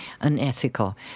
unethical